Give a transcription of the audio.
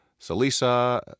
Salisa